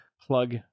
plug